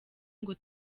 ngo